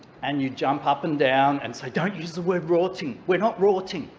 and you jump up and down and say, don't use the word rorting. we're not rorting.